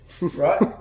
right